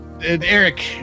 Eric